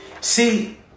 See